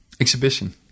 exhibition